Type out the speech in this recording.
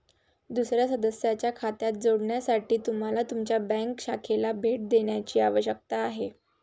दुसर्या सदस्याच्या खात्यात जोडण्यासाठी तुम्हाला तुमच्या बँक शाखेला भेट देण्याची आवश्यकता आहे